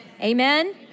Amen